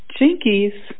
Jinkies